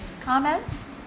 Comments